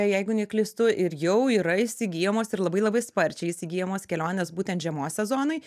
jeigu neklystu ir jau yra įsigyjamos ir labai labai sparčiai įsigyjamos kelionės būtent žiemos sezonui